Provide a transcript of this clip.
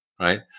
right